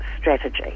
strategy